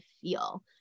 feel